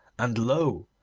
and lo!